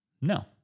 No